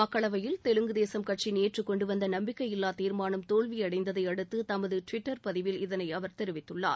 மக்களவையில் தெலுங்கு தேசம் கட்சி நேற்று கொண்டு வந்த நம்பிக்கையில்லா தீர்மானம் தோல்வியடைந்ததை அடுத்து தமது ட்விட்டர் பதிவில் இதனை அவர் தெரிவித்துள்ளார்